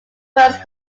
first